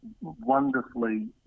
wonderfully